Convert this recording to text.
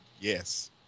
yes